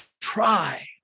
try